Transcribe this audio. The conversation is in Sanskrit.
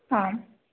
आं